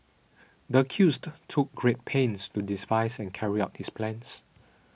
the accused took great pains to devise and carry out his plan